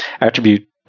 attribute